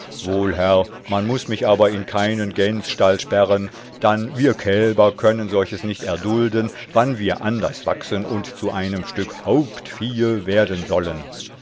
herr man muß mich aber in keinen gänsstall sperren dann wir kälber können solches nicht erdulden wann wir anders wachsen und zu einem stück hauptviehe werden sollen